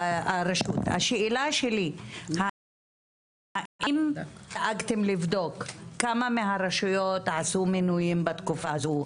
השאלה שלי היא האם דאגתם לבדוק כמה מהרשויות עשו מינויים בתקופה הזאת?